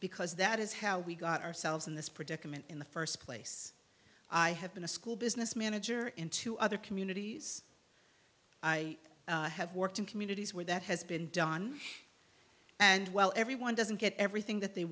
because that is how we got ourselves in this predicament in the first place i have been a school business manager in two other communities i have worked in communities where that has been done and while everyone doesn't get everything that they